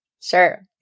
Sure